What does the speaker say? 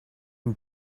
who